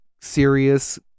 serious